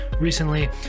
recently